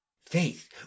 faith